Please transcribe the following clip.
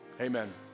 Amen